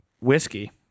whiskey